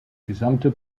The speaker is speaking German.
gesamte